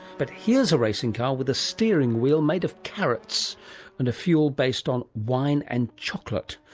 but here's a racing car with a steering wheel made of carrots and a fuel based on wine and chocolate.